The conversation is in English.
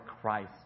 Christ